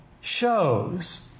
shows